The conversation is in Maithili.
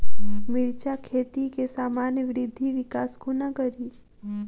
मिर्चा खेती केँ सामान्य वृद्धि विकास कोना करि?